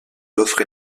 l’offre